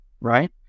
Right